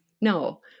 No